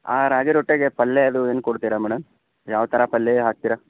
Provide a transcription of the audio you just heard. ಆ ರಾಗಿ ರೊಟ್ಟಿಗೆ ಪಲ್ಯ ಅದು ಏನು ಕೊಡ್ತೀರ ಮೇಡಮ್ ಯಾವ ಥರ ಪಲ್ಯ ಹಾಕ್ತೀರ